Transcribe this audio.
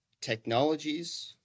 technologies